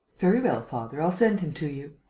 very well, father, i'll send him to you.